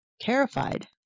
terrified